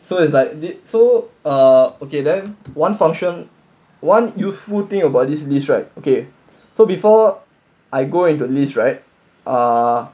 so it's like so err okay then one function one useful thing about this list right okay so before I go into list right ah